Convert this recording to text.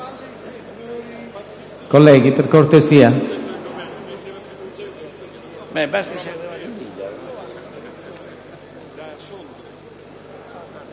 Colleghi, per cortesia,